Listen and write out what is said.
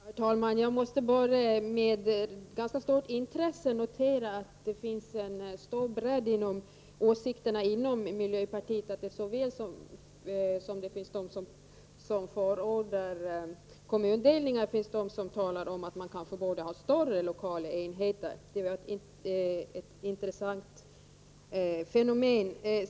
Herr talman! Jag noterar med ganska stort intresse att det finns en stor bredd när det gäller åsikterna inom miljöpartiet. Det finns både de som förordar kommundelningar och de som talar om att man kanske borde ha större lokalenheter. Det är ett intressant fenomen.